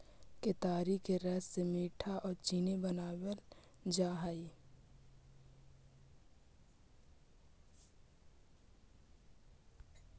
केतारी के रस से मीठा आउ चीनी बनाबल जा हई